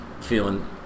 feeling